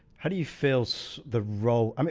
how do you fill so the role, um